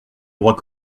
droit